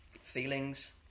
feelings